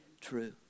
true